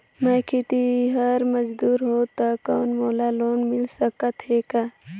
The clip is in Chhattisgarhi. मैं खेतिहर मजदूर हों ता कौन मोला लोन मिल सकत हे का?